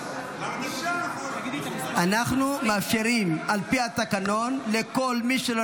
אנחנו מאפשרים על פי התקנון לכל מי שלא